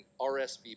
RSVP